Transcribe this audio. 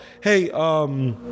hey